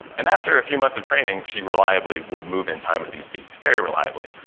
and after a few months of training she reliably would move in time with these beats, very reliably.